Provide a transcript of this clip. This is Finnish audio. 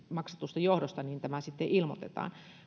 maksatusten johdosta ilmoitetaan